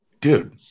Dude